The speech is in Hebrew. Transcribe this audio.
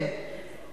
בסדר גמור.